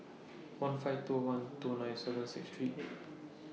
one five two one two nine seven six three eight